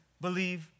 believe